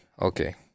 okay